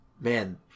Man